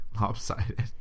Lopsided